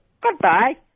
Goodbye